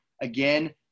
again